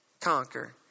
conquer